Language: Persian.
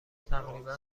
تقریبا